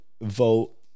vote